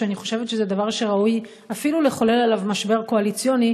אני חושבת שזה דבר שראוי אפילו לחולל עליו משבר קואליציוני,